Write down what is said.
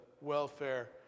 welfare